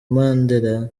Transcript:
mandela